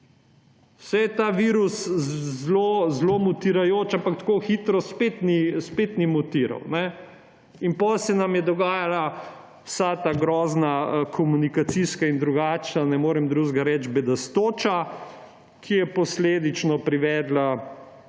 Saj je ta virus zelo mutirajoč, ampak tako hitro spet ni mutiral. In potem se nam je dogajala vsa ta grozna komunikacijska in drugačna, ne morem drugega reči, bedastoča, ki je posledično privedla do